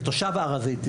קודם כל, כתושב הר הזיתים,